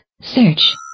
Search